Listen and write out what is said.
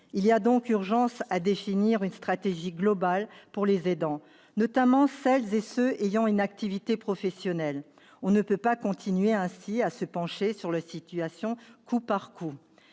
Il y a donc urgence à définir une stratégie globale pour les aidants, notamment celles et ceux qui ont une activité professionnelle. On ne peut pas continuer ainsi à se pencher sur leur situation au coup par coup.